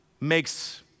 makes